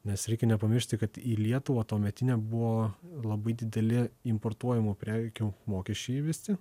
nes reikia nepamiršti kad į lietuvą tuometinę buvo labai dideli importuojamų prekių mokesčiai įvesti